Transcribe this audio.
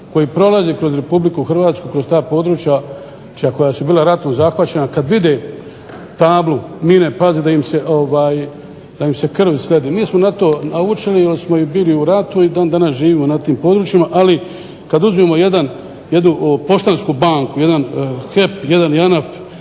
koji prolaze kroz RH kroz ta područja koja su bila ratom zahvaćena, kada vide tablu "Pazi, mine", da im se krv sledi. Nisu na to naučili jer smo mi bili u ratu i dan danas živimo na tim područjima. Ali kada uzmemo jednu Poštansku banku, jedan HEP, jedan JANAF,